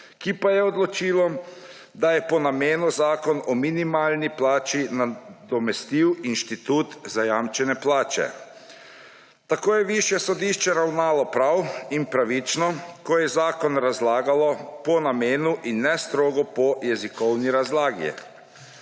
ki pa je odločilo, da je po namenu Zakon o minimalni plači nadomestil inštitut zajamčene plače. Tako je višje sodišče ravnalo prav in pravično, ko je zakon razlagalo po namenu in ne strogo po jezikovni razlagi.